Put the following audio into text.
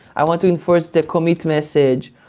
i want to enforce the commit message,